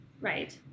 right